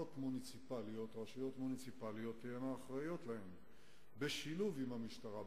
שרשויות מוניציפליות תהיינה אחראיות להן בשילוב עם המשטרה,